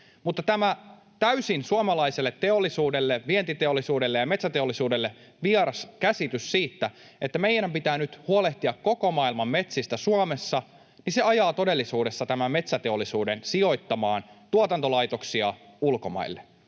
Mutta tämä suomalaiselle teollisuudelle, vientiteollisuudelle ja metsäteollisuudelle, täysin vieras käsitys siitä, että meidän pitää nyt huolehtia koko maailman metsistä Suomessa, ajaa todellisuudessa tämän metsäteollisuuden sijoittamaan tuotantolaitoksia ulkomaille.